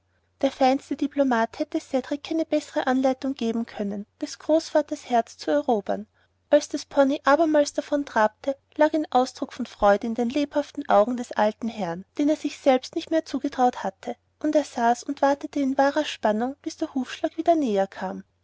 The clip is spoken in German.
der feinste diplomat hätte cedrik keine bessere anleitung geben können des großvaters herz zu erobern als der pony abermals davon trabte lag ein ausdruck von freude in den lebhaften augen des alten herrn den er sich selbst nicht mehr zugetraut hatte und er saß und wartete mit wahrer spannung bis der hufschlag wieder näher kam